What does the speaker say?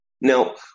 now